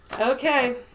Okay